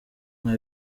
mwa